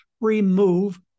remove